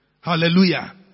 Hallelujah